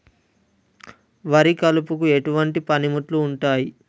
వరి కలుపుకు ఎటువంటి పనిముట్లు ఉంటాయి?